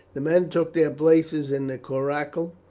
the men took their places in the coracle,